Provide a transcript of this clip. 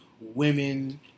women